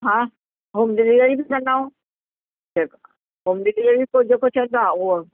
हा home delivery बि कंदा आहियूं जे होम डिलेवरी को जेको चवंदो आहे उहो